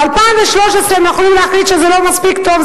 ב-2013 הם יכולים להחליט שזה לא מספיק טוב,